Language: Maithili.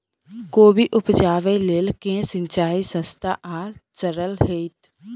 कोबी उपजाबे लेल केँ सिंचाई सस्ता आ सरल हेतइ?